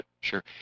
Sure